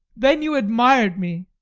then you admired me.